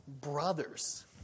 brothers